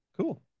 Cool